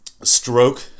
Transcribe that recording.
stroke